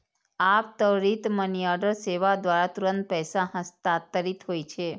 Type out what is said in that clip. आब त्वरित मनीऑर्डर सेवा द्वारा तुरंत पैसा हस्तांतरित होइ छै